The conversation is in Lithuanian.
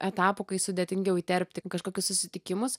etapų kai sudėtingiau įterpti kažkokius susitikimus